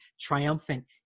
triumphant